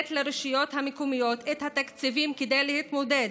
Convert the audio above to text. לתת לרשויות המקומיות את התקציבים כדי להתמודד,